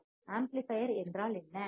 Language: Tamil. பெருக்கி ஆம்ப்ளிபையர் என்றால் என்ன